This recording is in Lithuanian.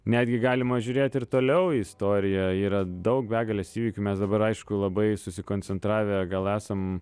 netgi galima žiūrėt ir toliau istorijoj yra daug begalės įvykių mes dabar aišku labai susikoncentravę gal esam